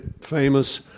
famous